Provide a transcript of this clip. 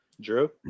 Drew